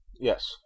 Yes